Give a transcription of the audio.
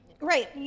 right